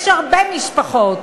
יש הרבה משפחות,